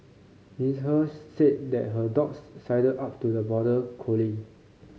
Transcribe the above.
Miss He said that her dog sidled up to the border collie